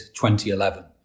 2011